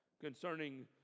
concerning